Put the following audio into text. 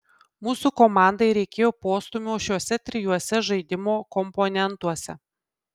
mūsų komandai reikėjo postūmio šiuose trijuose žaidimo komponentuose